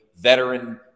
veteran